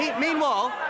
Meanwhile